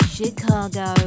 Chicago